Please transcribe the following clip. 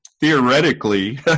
theoretically